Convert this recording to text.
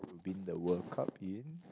win the World Cup in